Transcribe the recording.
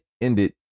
ended